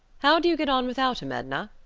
how do you get on without him, edna?